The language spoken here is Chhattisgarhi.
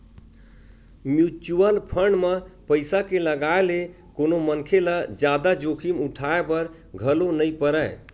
म्युचुअल फंड म पइसा के लगाए ले कोनो मनखे ल जादा जोखिम उठाय बर घलो नइ परय